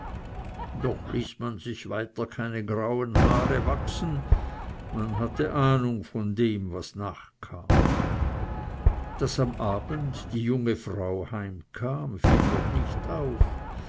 doch ließ man sich weiter keine grauen haare wachsen man hatte ahnung von dem was nachkam daß am abend die junge frau heimkam fiel noch nicht auf